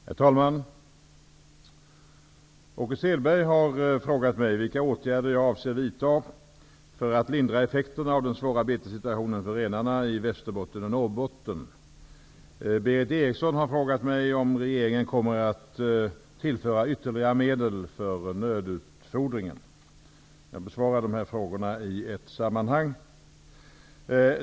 Herr talman! Åke Selberg har frågat mig vilka åtgärder jag avser att vidta för att lindra effekterna av den svåra betessituationen för renarna i Västerbotten och Norrbotten. Berith Eriksson har frågat mig om regeringen kommer att tillföra ytterligare medel för nödutfodringen. Jag besvarar frågorna i ett sammanhang.